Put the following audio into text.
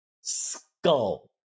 skull